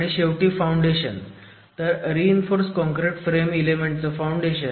आणि शेवटी फाउंडेशन तर रीइंफोर्स काँक्रीट फ्रेम इलेमेंटचं फाउंडेशन